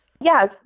Yes